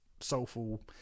soulful